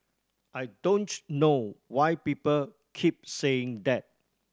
I don't know why people keep saying that